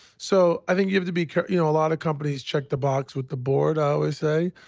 so i think you have to be careful. you know, a lot of companies check the box with the board, i always say.